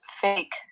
fake